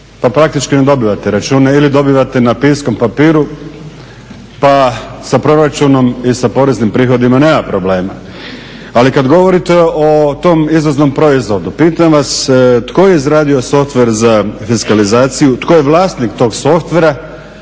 pa praktički ne dobivate račune ili dobivate na …/Govornik se ne razumije./… papiru pa sa proračunom i sa poreznim prihodima nema problema. Ali kada govorite o tom izvoznom proizvodu pitam vas tko je izradio softver za fiskalizaciju, tko je vlasnik tog softvera